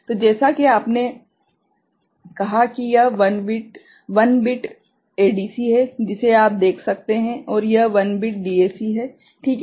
तो जैसा कि आपने कहा कि यह 1 बिट एडीसी है जिसे आप देख सकते हैं और यह 1 बिट डीएसी है ठीक है